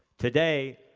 today,